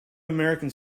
american